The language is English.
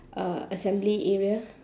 uh assembly area